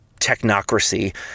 technocracy